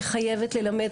היא חייבת ללמד,